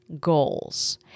goals